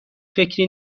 فکری